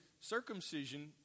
circumcision